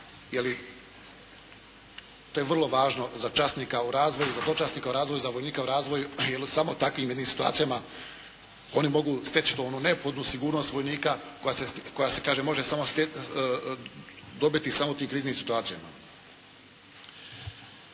jer to je vrlo važno za časnika u razvoju, za dočasnika u razvoju, za vojnika u razvoju jer samo u takvim jednim situacijama oni mogu steći tu onu neophodnu sigurnost vojnika koja se kaže može dobiti samo u tim kriznim situacijama.